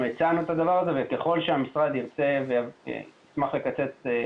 אנחנו הצענו את הדבר הזה וככל שהמשרד יצא וישמח לקצץ,